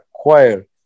acquire